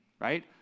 Right